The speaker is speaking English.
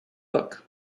book